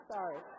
Sorry